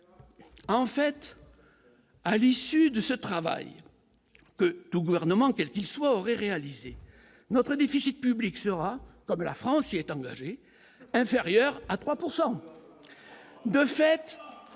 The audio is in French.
en fait à l'issue de ce travail que tout gouvernement quel qu'il soit aurait réalisé notre déficit public sera comme la France est engagée, inférieur à 3